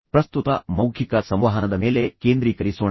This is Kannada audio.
ಪ್ರಸ್ತುತ ಮೌಖಿಕ ಸಂವಹನದ ಮೇಲೆ ಕೇಂದ್ರೀಕರಿಸೋಣ